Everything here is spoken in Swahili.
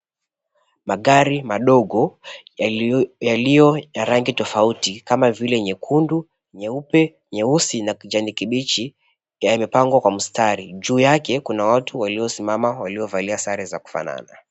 Magari madogo yaliyo na rangi tofauti kama vile nyekundu, nyeupe, nyeusi, na kijani kibichi, yamepangwa kwa mstari. Juu yake kuna watu waliosimama waliovalia sare za kufanana.